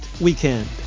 weekend